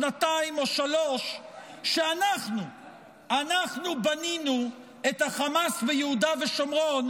שנתיים או שלוש שאנחנו בנינו את החמאס ביהודה ושומרון,